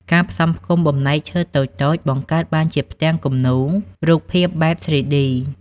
ការផ្សំផ្គុំបំណែកឈើតូចៗ បង្កើតបានជាផ្ទាំងគំនូររូបភាពបែប 3D។